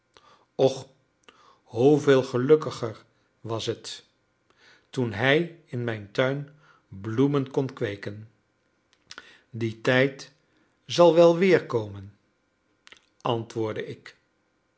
och hoeveel gelukkiger was het toen hij in mijn tuin bloemen kon kweeken die tijd zal wel weer komen antwoordde ik